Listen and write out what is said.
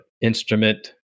instrument